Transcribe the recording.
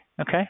Okay